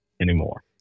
anymore